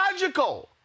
logical